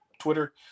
Twitter